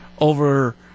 over